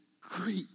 great